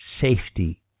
safety